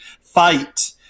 fight